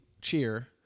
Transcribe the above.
cheer